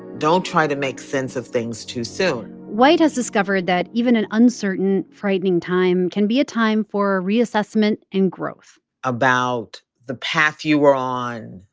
don't try to make sense of things too soon white has discovered that even an uncertain, frightening time can be a time for a reassessment and growth about the path you are on,